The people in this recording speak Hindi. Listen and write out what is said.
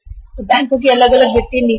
बैंक की अलग वित्तीय नीति होती है